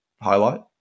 highlight